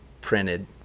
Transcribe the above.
printed